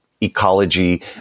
ecology